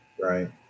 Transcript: Right